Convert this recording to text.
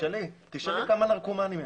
תשאלי כמה נרקומנים יש?